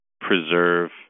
preserve